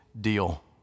deal